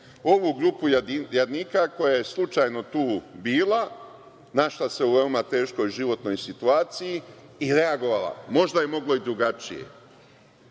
ovu grupu jadnika koja je slučajno tu bila, našla se u veoma teškoj životnoj situaciji i reagovala. Možda je moglo i drugačije.